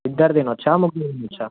ఇద్దరు తినవచ్చా ముగ్గురు తినవచ్చా